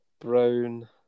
Brown